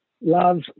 love